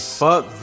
fuck